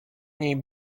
niej